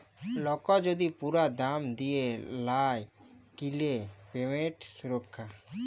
lock যদি পুরা দাম দিয়া লায় কিলে পেমেন্ট সুরক্ষা